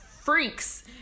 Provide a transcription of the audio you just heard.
freaks